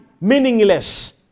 Meaningless